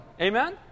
Amen